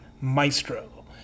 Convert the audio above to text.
Maestro